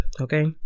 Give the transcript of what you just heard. okay